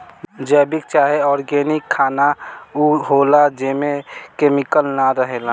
जैविक चाहे ऑर्गेनिक खाना उ होला जेमे केमिकल ना रहेला